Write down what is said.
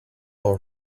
all